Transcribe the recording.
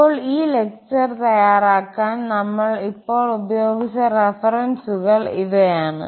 അപ്പോൾ ഈ ലെക്ചർ തയ്യാറാക്കാൻ നമ്മൾ ഇപ്പോൾ ഉപയോഗിച്ച റഫറൻസുകൾ ഇവയാണ്